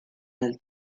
del